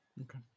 Okay